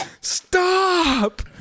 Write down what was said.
Stop